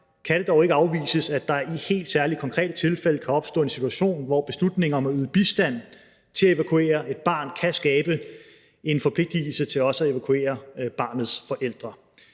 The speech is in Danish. kan det dog ikke afvises, at der i helt særlige, konkrete tilfælde kan opstå en situation, hvor beslutningen om at yde bistand til at evakuere et barn kan skabe en forpligtigelse til også at evakuere barnets forældre.